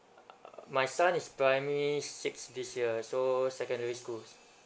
my son is primary six this year so secondary school